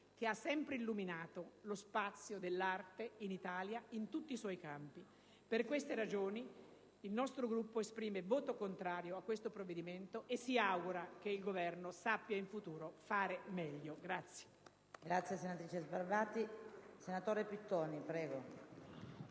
che ha sempre illuminato lo spazio dell'arte in Italia, in tutti i suoi campi. Per queste ragioni, il nostro Gruppo esprimerà un voto contrario a questo provvedimento e si augura che il Governo sappia in futuro fare meglio.